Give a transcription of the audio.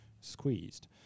squeezed